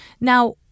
Now